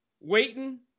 waiting